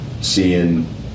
seeing